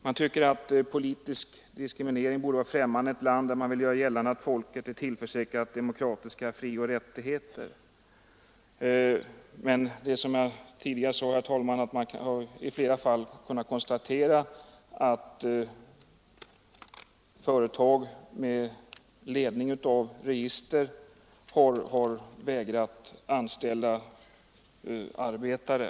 Vi tycker att politisk diskriminering borde vara främmande i ett land där man vill göra gällande att folket är tillförsäkrat demokratiska frioch rättigheter. Men som jag tidigare sade, herr talman, har vi i flera fall kunnat konstatera att företag med ledning av register har vägrat anställa arbetare.